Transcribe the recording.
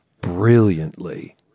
brilliantly